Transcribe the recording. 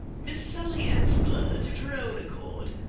miss sallie ann splurge, of her own accord,